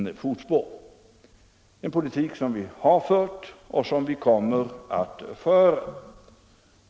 Det är en politik som vi har fört och som vi kommer att föra.